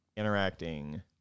Interacting